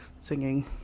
singing